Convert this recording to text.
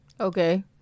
Okay